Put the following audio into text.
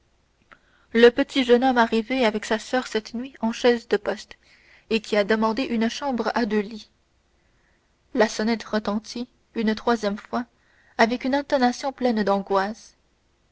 le petit jeune homme arrivé avec sa soeur cette nuit en chaise de poste et qui a demandé une chambre à deux lits la sonnette retentit une troisième fois avec une intonation pleine d'angoisse